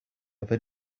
other